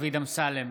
דוד אמסלם,